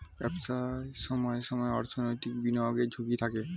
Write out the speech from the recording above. ব্যবসায় সময়ে সময়ে অর্থনৈতিক বিনিয়োগের ঝুঁকি থাকে